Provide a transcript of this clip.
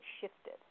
shifted